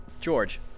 George